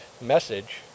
message